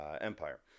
empire